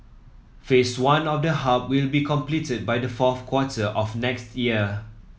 Phase One of the hub will be completed by the fourth quarter of next year